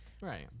Right